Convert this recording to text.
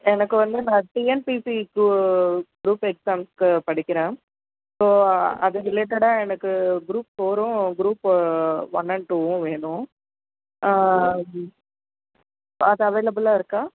எனக்கு வந்து நான் டிஎன்பிசி கு குரூப் எக்ஸாம்ஸ்க்கு படிக்கிறேன் ஸோ அது ரிலேடடாக எனக்கு குரூப் ஃபோகும் குரூப்பு ஒன் அண்ட் டூவும் வேணும் ஸ்டாக் அவைளபுள்லாக இருக்கா